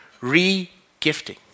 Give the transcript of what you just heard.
re-gifting